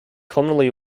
commonly